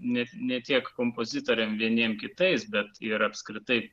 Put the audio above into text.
net ne tiek kompozitoriam vieniem kitais bet ir apskritai